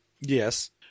Yes